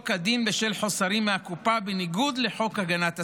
כדין בשל חוסרים מהקופה בניגוד לחוק הגנת השכר,